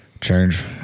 change